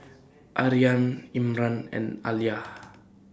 Aryan Imran and Alya